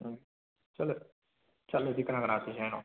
ꯎꯝ ꯆꯠꯂ ꯆꯠꯂꯗꯤ ꯀꯅꯥ ꯀꯅꯥ ꯆꯠꯁꯦ ꯍꯥꯏꯅꯣ